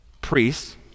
priests